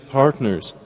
partners